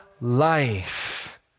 life